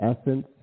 essence